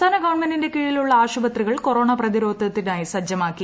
സംസ്ഥാന ഗവൺമെന്റിന്റെ കീഴിലുള്ള ആശുപത്രികൾ കൊറോണ പ്രതിരോധത്തിനായി സജ്ജമാക്കി